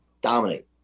dominate